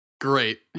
Great